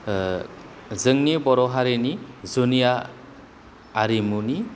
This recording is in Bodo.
जोंनि बर' हारिनि जुनिया आरिमुनि